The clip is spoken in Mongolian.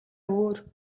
өөр